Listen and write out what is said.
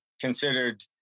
considered